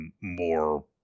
more